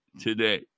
Today